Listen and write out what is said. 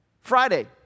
Friday